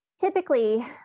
typically